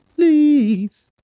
Please